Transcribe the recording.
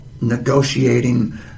negotiating